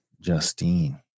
Justine